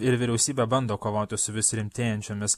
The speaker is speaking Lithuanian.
ir vyriausybė bando kovoti su vis rimtėjančiomis